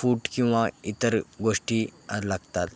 फूट किंवा इतर गोष्टी लागतात